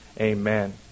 Amen